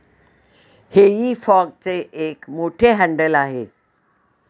हेई फॉकचे एक मोठे हँडल आहे